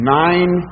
nine